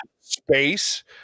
space